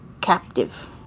captive